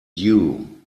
due